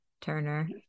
Turner